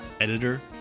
editor